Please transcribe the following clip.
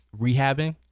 rehabbing